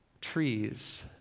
trees